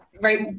right